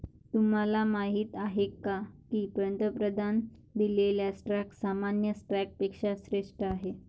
तुम्हाला माहीत आहे का की प्राधान्य दिलेला स्टॉक सामान्य स्टॉकपेक्षा श्रेष्ठ आहे?